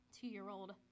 two-year-old